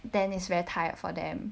then is very tired for them